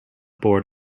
board